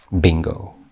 Bingo